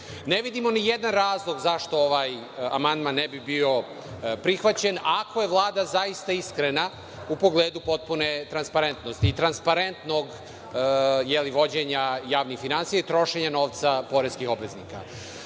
vidimo nijedan razlog zašto ovaj amandman ne bi bio prihvaćen, ako je Vlada zaista iskrena u pogledu potpune transparentnosti i transparentnog vođenja javnih finansija, trošenja novca poreskih obveznika. Naravno,